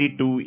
22